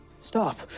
stop